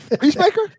Peacemaker